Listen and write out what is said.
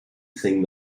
sing